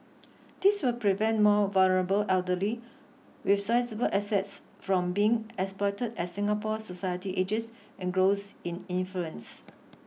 this will prevent more vulnerable elderly with sizeable assets from being exploited as Singapore society ages and grows in influence